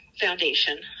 foundation